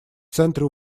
центре